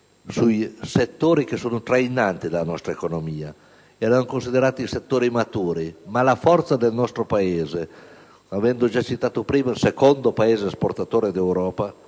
sui settori trainanti della nostra economia, che erano considerati settori maturi; ma la forza del nostro Paese -avendo già detto prima che è il secondo Paese esportatore d'Europa